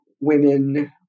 women